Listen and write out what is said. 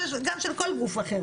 גם של כל גוף אחר.